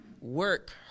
Work